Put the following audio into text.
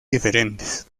diferentes